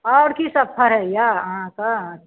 आओर कि सब फरैया अहाँके